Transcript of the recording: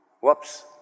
Whoops